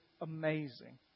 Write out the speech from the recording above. amazing